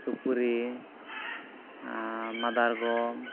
ᱥᱩᱯᱟᱹᱨᱤ ᱟᱨ ᱢᱟᱫᱟᱨᱜᱚᱢ